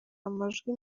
amajwi